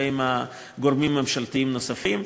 ועם גורמים ממשלתיים נוספים.